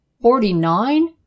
Forty-nine